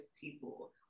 people